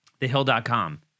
TheHill.com